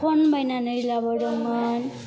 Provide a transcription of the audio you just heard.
phone बायनानै लाबोदोंमोन